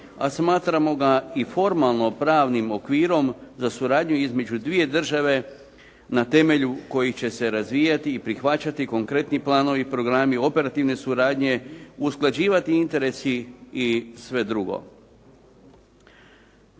a smatramo ga i formalno pravnim okvirom za suradnju između dvije države na temelju kojih će se razvijati i prihvaćati konkretni planovi i programi, operativne suradnje, usklađivati interesi i sve drugo.